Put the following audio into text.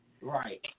Right